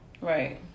Right